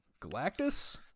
Galactus